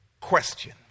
question